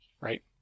right